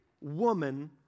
woman